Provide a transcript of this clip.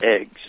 eggs